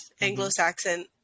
Anglo-Saxon